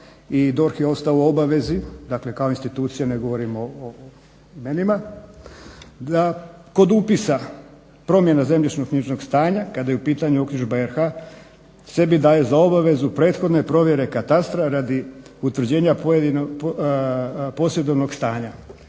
i DORH je ostao u obavezi kao institucija ne govorimo o imenima da kod upisa promjena zemljišnoknjižnog stanja kada je u pitanju uknjižba RH sebi daju za obavezu prethodne provjere katastra radi utvrđenja posjedovnog stanja,